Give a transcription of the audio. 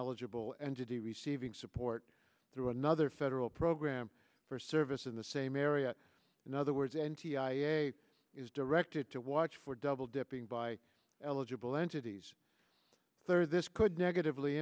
eligible entity receiving support through another federal program for service in the same area in other words n t i a is directed to watch for double dipping by eligible entities third this could negatively